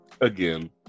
again